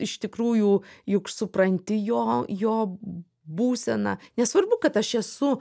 iš tikrųjų juk supranti jo jo būseną nesvarbu kad aš esu